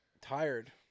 Tired